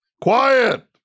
Quiet